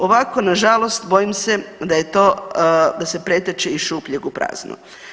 Ovako na žalost bojim se da je to, da se pretače iz šupljeg u prazno.